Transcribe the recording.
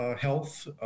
health